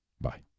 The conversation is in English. bye